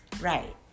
right